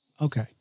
Okay